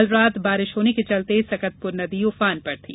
कल रात बारिश होने के चलते सकतपुर नदी उफान पर थी